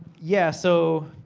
yeah so,